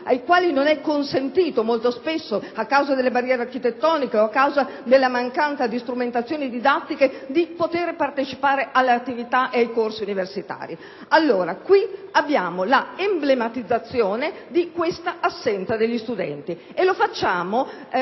ai quali non è consentito molto spesso, a causa delle barriere architettoniche o della mancanza di strumentazioni didattiche, di partecipare all'attività e ai corsi universitari. Qui abbiamo la emblematizzazione dell'assenza degli studenti: eliminiamo